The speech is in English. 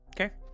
Okay